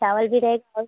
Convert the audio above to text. चावल भी रहेगा और